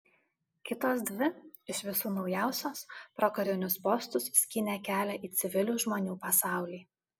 kitos dvi iš visų naujausios pro karinius postus skynė kelią į civilių žmonių pasaulį